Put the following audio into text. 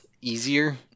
easier